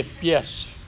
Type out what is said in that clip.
Yes